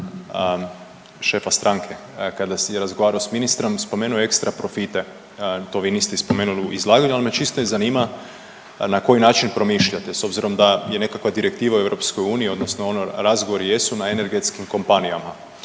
šefa stranke kad je razgovarao s ministrom spomenuo je ekstra profite, to vi niste spomenuli u izlaganju, ali čisto me zanima na koji način promišljate s obzirom da je nekakva direktiva u EU odnosno ono razgovor jesu na energetskim kompanijama.